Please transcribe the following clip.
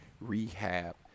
rehab